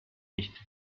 nicht